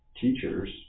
teachers